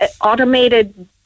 automated